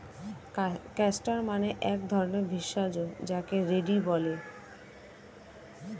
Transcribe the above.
castor মানে এক ধরণের ভেষজ যাকে রেড়ি বলে